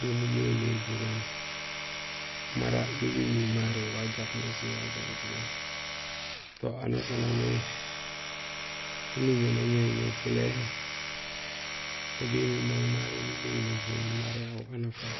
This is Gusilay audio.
do nulohulohul buroŋi mara numimi maré wa jakmé wa jagutmé to anusaan añohi haan umimé nañohiñoow fuléhé ho bémiir maré nulohul lohul.